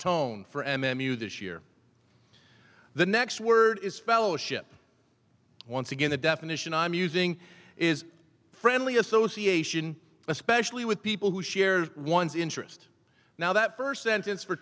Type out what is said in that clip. tone for m m u this year the next word is fellowship once again the definition i'm using is friendly association especially with people who share one's interest now that first sentence for